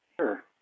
Sure